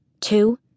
two